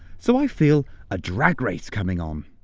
so i feel a drag race coming on.